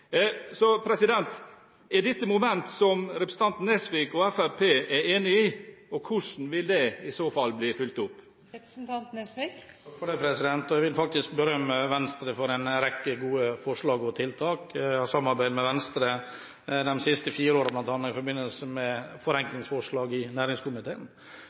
så fall bli fulgt opp? Jeg vil berømme Venstre for en rekke gode forslag og tiltak. Jeg har samarbeidet med Venstre de siste fire årene, bl.a. i forbindelse med forenklingsforslag i næringskomiteen.